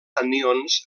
anions